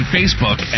Facebook